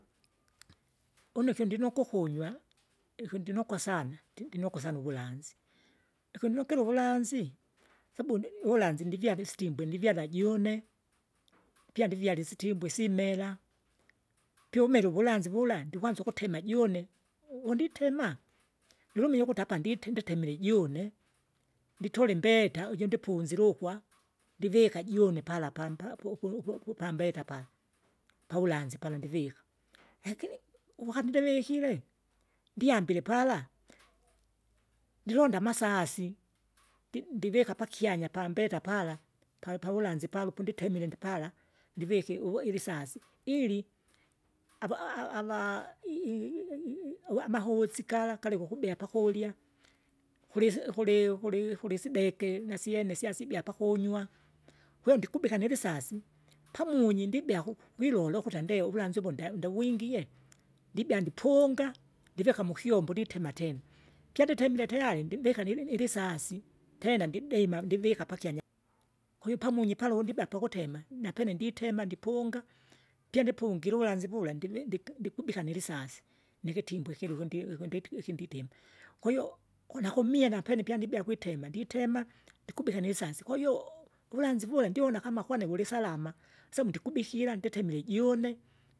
une kyondinokwa ukunywa, ikindinokwa sana ndinikwa sana uvulanzi, ikunukire uvulanzi sabu ni uvulanzi ndivyale isitimbwe ndivyala june pyandivyale isitimbwe simera, pyoumire uvulanzi vula ndikwanza ukutema june. Unditema nilumie ukuti apa ndite nditemere june, nditole imbeeta uju ndipunzire ukwa, ndivika june pala pampa po- po- po- po pambeta pala, pavulanzi pala ndivika, Lakini uvukanilivikire, ndyambile pala, nilonda amasasi, ndi- ndivika pakyanya pambeta pala, pa- pavulanzi pala upundikemire ndipala, ndivike uilisasi ili, ava- a- a- ava i- i- i- ui amahosi gala kalivo kubea pakoli pakurya, kulise kuli kuli kulisideke nasyene syasyiba pakunywa, kwe ndikubika nilisasi, pamunyi ndibea ku kwilole ukuta ndee uvulanzi uvu nde ndevyingie, ndibea ndipunga, ndeveka mukyombo nditema tena pya nditemie tayari ndibika nili nilisasi tena ndidema ndivika pakyanya. Kwahiyo pamunyi pala undiba pakutema napene nditema ndipunga, pyanipungile uvulanzi vula ndivi ndiki ndikubika nilisasi, nikitimbwe ikiluku ndie ikinditi ikinditema. Kwahiyo kuna kumie napene pya ndibya kwitema, nditema, ndikubike nisasi kwahiyo, uvulanzi vula ndiona kama kwane vulisalama, samu ndikubikira nditemire june.